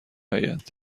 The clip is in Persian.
آید